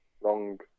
Long